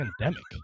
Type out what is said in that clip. pandemic